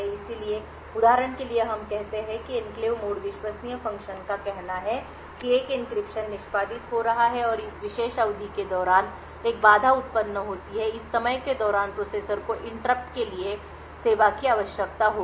इसलिए उदाहरण के लिए हम कहते हैं कि एन्क्लेव मोड विश्वसनीय फ़ंक्शन का कहना है कि एक एन्क्रिप्शन निष्पादित हो रहा है और इस विशेष अवधि के दौरान एक बाधा उत्पन्न होती है इस समय के दौरान प्रोसेसर को interrupt इंटरप्ट के लिए सेवा की आवश्यकता होगी